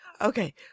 Okay